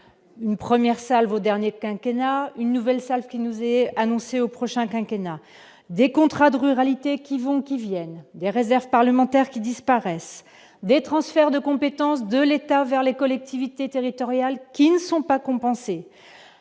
une 1ère salve au dernier quinquennat une nouvelle salle qui nous est annoncé au prochain quinquennat des contrats de ruralité qui vont, qui viennent des réserves parlementaires qui disparaissent, des transferts de compétence de l'État vers les collectivités territoriales qui ne sont pas compensés,